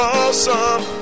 awesome